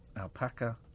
Alpaca